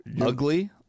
ugly